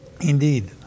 Indeed